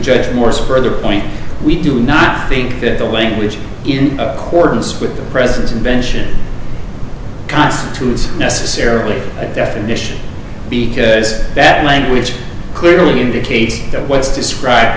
judge moore's further point we do not think that the language in accordance with the present invention constitutes necessarily a definition because that language clearly indicates that what's described